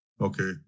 Okay